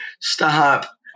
stop